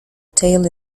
tail